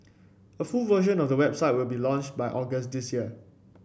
a full version of the website will be launched by August this year